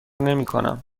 نمیکنم